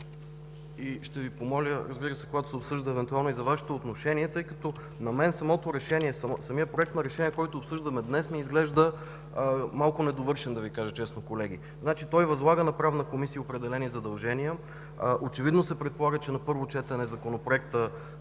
и ще Ви помоля, разбира се, когато се обсъжда, евентуално и за Вашето отношение, тъй като на мен самото решение, самият Проект на решение, който обсъждаме днес, ми изглежда малко недовършен, да Ви кажа честно, колеги. Той възлага на Правната комисия определени задължения. Очевидно се предполага, че на първо четене бъдещият Законопроект